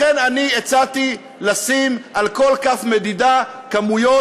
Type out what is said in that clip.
לכן אני הצעתי לשים על כל כף מדידה כמויות